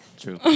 True